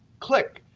click,